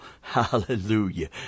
Hallelujah